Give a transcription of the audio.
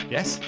Yes